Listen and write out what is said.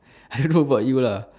I don't know about you lah